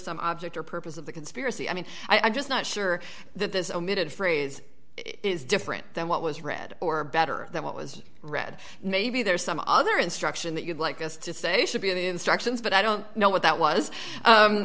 some object or purpose of the conspiracy i mean i'm just not sure that this omitted phrase is different than what was read or better than what was read maybe there's some other instruction that you'd like us to say should be in the instructions but i don't know what that was